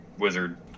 wizard